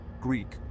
Greek